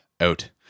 out